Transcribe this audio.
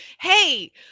Hey